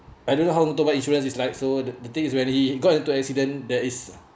I don't know motorbike insurance is like so the the thing is when he got into accident that is